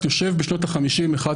אני רוצה גם להתייחס לדברים שלך וגם